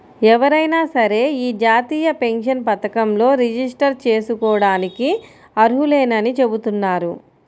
ఎవరైనా సరే యీ జాతీయ పెన్షన్ పథకంలో రిజిస్టర్ జేసుకోడానికి అర్హులేనని చెబుతున్నారు